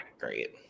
great